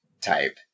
type